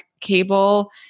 cable